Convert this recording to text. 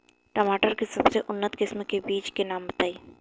टमाटर के सबसे उन्नत किस्म के बिज के नाम बताई?